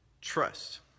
Trust